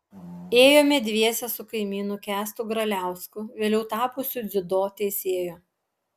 ėjome dviese su kaimynu kęstu graliausku vėliau tapusiu dziudo teisėju